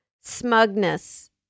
smugness